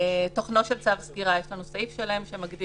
תוכנו של צו סגירה יש לנו סעיף שמגדיר.